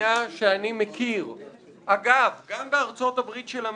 מדינה שאני מכיר, אגב, גם בארצות הברית של אמריקה,